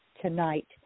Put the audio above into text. tonight